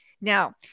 Now